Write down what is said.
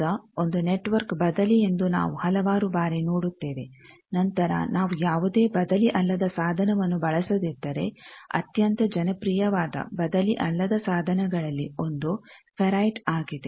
ಈಗ ಒಂದು ನೆಟ್ವರ್ಕ್ ಬದಲಿ ಎಂದು ನಾವು ಹಲವಾರು ಬಾರಿ ನೋಡುತ್ತೇವೆ ನಂತರ ನಾವು ಯಾವುದೇ ಬದಲಿ ಅಲ್ಲದ ಸಾಧನವನ್ನು ಬಳಸದಿದ್ದರೆ ಅತ್ಯಂತ ಜನಪ್ರಿಯವಾದ ಬದಲಿ ಅಲ್ಲದ ಸಾಧನಗಳಲ್ಲಿ ಒಂದು ಫೆರೈಟ್ ಆಗಿದೆ